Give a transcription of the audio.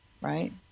right